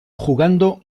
jugando